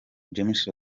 james